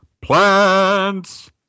plants